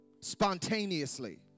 spontaneously